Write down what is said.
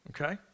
okay